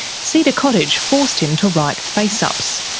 cedar cottage forced him to write face-ups.